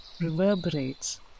reverberates